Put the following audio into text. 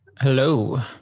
hello